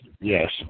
yes